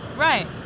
Right